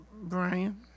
Brian